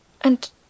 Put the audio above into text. And